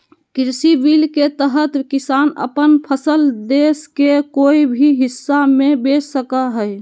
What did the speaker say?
कृषि बिल के तहत किसान अपन फसल देश के कोय भी हिस्सा में बेच सका हइ